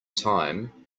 time